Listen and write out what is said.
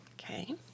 Okay